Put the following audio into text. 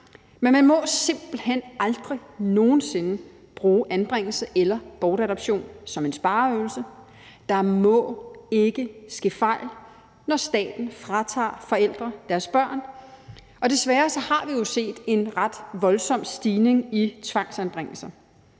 men man må simpelt hen aldrig nogen sinde bruge anbringelse eller bortadoption som en spareøvelse. Der må ikke ske fejl, når staten fratager forældre deres børn. Og desværre har vi jo set en ret voldsom stigning i tvangsanbringelser.